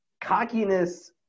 cockiness –